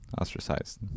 ostracized